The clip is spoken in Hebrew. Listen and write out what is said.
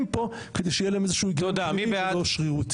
פה כדי שיהיה להם איזה היגיון פנימי ולא שרירותיות.